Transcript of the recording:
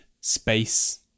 space